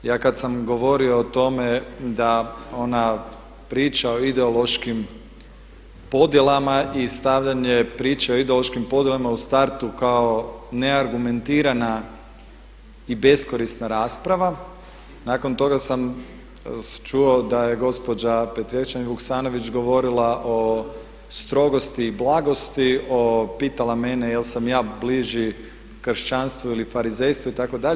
Ja kad sam govorio o tome da ona priča o ideološkim podjelama i stavljanje priče o ideološkim podjelama u startu kao neargumentirana i beskorisna rasprava nakon toga sam čuo da je gospođa Petrijevčanin Vuksanović govorila o strogosti i blagosti, pitala mene jesam li ja bliži kršćanstvu ili farizejstvu itd.